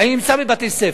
אני נמצא בבתי-ספר.